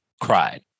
cried